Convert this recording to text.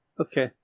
Okay